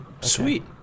Sweet